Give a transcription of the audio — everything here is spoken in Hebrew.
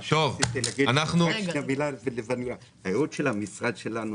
מה שרציתי להגיד, הייעוד של המשרד שלנו